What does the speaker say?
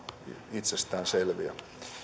itsestään selviä